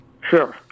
sure